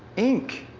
ink!